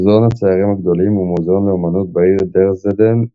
מוזיאון הציירים הגדולים הוא מוזיאון לאמנות בעיר דרזדן,